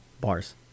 bars